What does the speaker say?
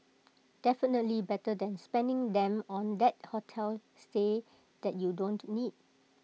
definitely better than spending them on that hotel stay that you don't need